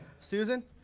Susan